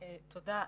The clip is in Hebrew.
תודה.